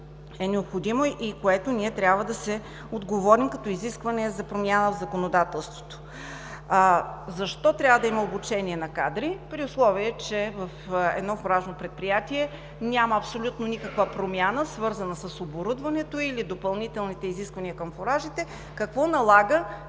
е необходимо и на което ние трябва да отговорим като изискване за промяна в законодателството. Защо трябва да има обучение на кадри, при условие че в едно фуражно предприятие няма абсолютно никаква промяна, свързана с оборудването или допълнителните изисквания към фуражите? Какво налага